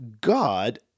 God